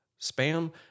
spam